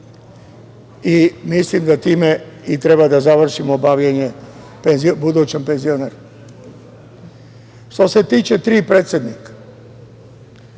Mislim da time treba da završimo bavljenje budućom penzionerkom. Što se tiče tri predsednika,